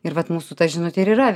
ir vat mūsų ta žinutė ir yra